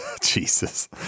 Jesus